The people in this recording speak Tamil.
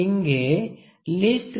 இங்கே லீஸ்ட் கவுண்ட் 0